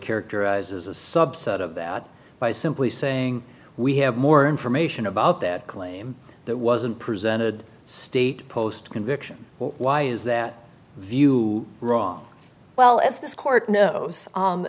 characterized as a subset of that by simply saying we have more information about that claim that wasn't presented state post conviction why is that view wrong well as this court knows